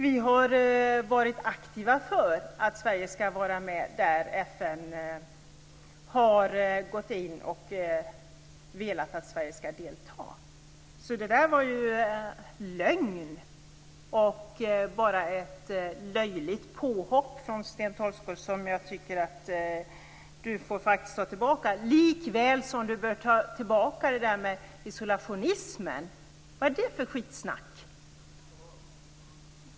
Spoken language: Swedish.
Vi har varit aktiva för att Sverige skall vara med när FN har gått in och velat att Sverige skall delta. Så det där var ju lögn. Det var bara ett löjligt påhopp från Sten Tolgfors. Det tycker jag faktiskt att du får ta tillbaka - likväl som du bör ta tillbaka det där med isolationismen. Vad är det för skitsnack?